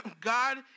God